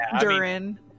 Durin